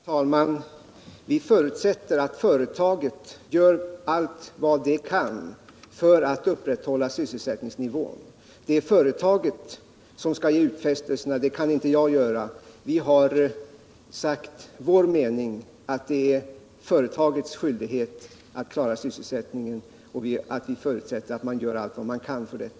Herr talman! Vi förutsätter att företaget gör allt vad det kan för att upprätthålla sysselsättningsnivån. Det är företaget som skall göra den utfästelsen — det kan inte jag göra. Vi har sagt vår mening att det är företagets skyldighet att klara sysselsättningen och att vi förutsätter att man gör allt för att kunna klara det.